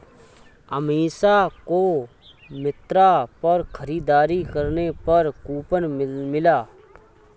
अमीषा को मिंत्रा पर खरीदारी करने पर कूपन मिला